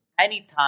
anytime